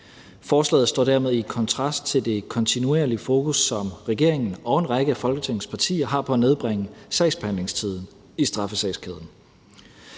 Forslaget står dermed i kontrast til det kontinuerlige fokus, som regeringen og en række af Folketingets partier har på at nedbringe sagsbehandlingstiden i straffesagskæden.